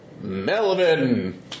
Melvin